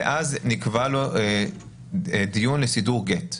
ואז נקבע לו דיון לסידור גט.